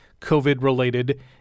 COVID-related